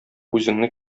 үзеңне